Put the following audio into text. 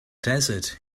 desert